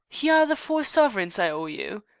here are the four sovereigns i owe you.